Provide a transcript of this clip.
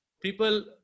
people